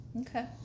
okay